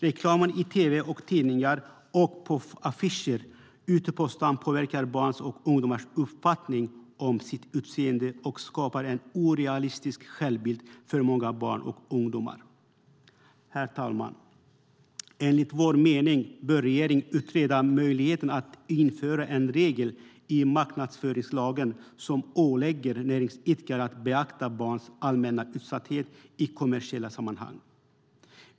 Reklamen i tv och tidningar och på affischer ute på stan påverkar barns och ungdomars uppfattning om sitt utseende och skapar en orealistisk självbild för många barn och ungdomar. Herr talman! Enligt vår mening bör regeringen utreda möjligheten att införa en regel i marknadsföringslagen som ålägger näringsidkare att beakta barns allmänna utsatthet i kommersiella sammanhang.